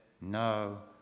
no